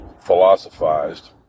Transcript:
philosophized